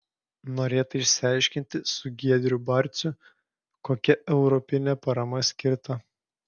norėta išsiaiškinti su giedriu barciu kokia europinė parama skirta